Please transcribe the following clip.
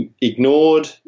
ignored